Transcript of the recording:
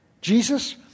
Jesus